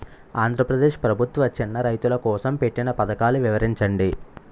ఆంధ్రప్రదేశ్ ప్రభుత్వ చిన్నా రైతుల కోసం పెట్టిన పథకాలు వివరించండి?